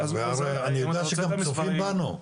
אני הרי יודע שהם צופים בנו.